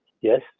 Yes